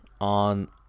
on